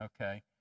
Okay